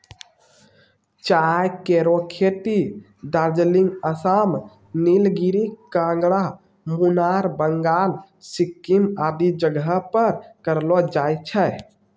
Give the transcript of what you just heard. चाय केरो खेती दार्जिलिंग, आसाम, नीलगिरी, कांगड़ा, मुनार, बंगाल, सिक्किम आदि जगह पर करलो जाय छै